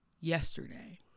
yesterday